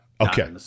Okay